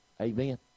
amen